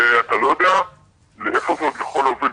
ואתה לא יודע לאיפה זה עוד יכול להוביל,